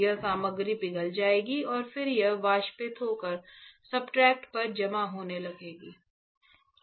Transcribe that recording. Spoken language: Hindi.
यह सामग्री पिघल जाएगी और फिर यह वाष्पित होकर सब्सट्रेट पर जमा होने लगेगी